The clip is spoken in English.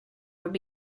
would